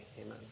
Amen